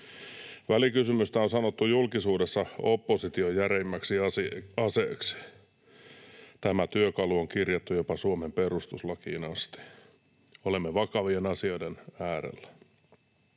Välikysymystä on sanottu julkisuudessa opposition järeimmäksi aseeksi. Tämä työkalu on kirjattu jopa Suomen perustuslakiin asti. Olemme vakavien asioiden äärellä.